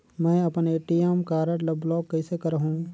मै अपन ATM card ल ब्लाक कइसे करहूं?